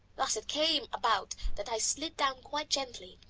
thus it came about that i slid down quite gently